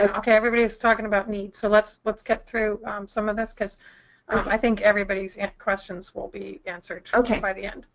and okay, everybody is talking about needs, so let's let's get through some of this. because i think everybody's and questions will be answered by the end.